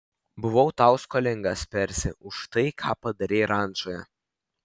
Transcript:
buvau tau skolingas persi už tai ką padarei rančoje